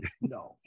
No